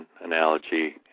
analogy